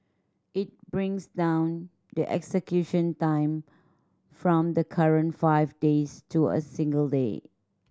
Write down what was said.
it brings down the execution time from the current five days to a single day